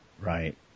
Right